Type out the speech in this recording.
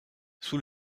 sous